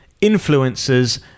influences